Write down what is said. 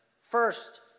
first